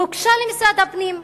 והוגשה למשרד הפנים,